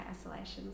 isolation's